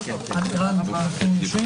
הישיבה ננעלה בשעה 14:03.